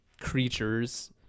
creatures